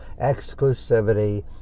exclusivity